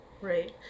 Right